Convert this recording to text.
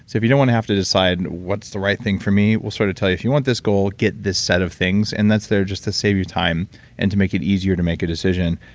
so if you don't want to have to decide, what's the right thing for me? we'll sort of tell you, if you want this goal, get this set of things, and that's there just to save you time and to make it easier to make a decision.